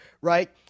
right